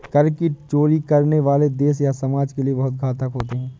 कर की चोरी करने वाले देश और समाज के लिए बहुत घातक होते हैं